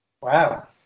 Wow